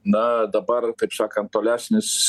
na dabar kaip sakant tolesnis